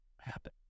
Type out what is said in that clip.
happen